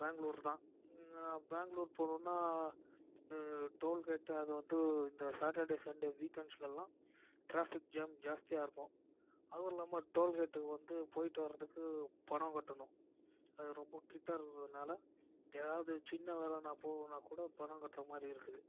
பேங்களூர் தான் நான் பேங்களூர் போகணுன்னா டோல்கேட்டு அது வந்து இந்த சாட்டர்டே சண்டே வீக்கெண்ட்ஸ்லலாம் டிராஃபிக் ஜாம் ஜாஸ்தியாக இருக்கும் அதுவும் இல்லாமல் டோல்கேட்டு வந்து போயிட்டு வர்றதுக்கு பணம் கட்டணும் அது ரொம்ப கிட்ட இருக்கறதுனால் ஏதாவது சின்ன வேலை நான் போகணுன்னா கூட பணம் கட்டுற மாதிரி இருக்குது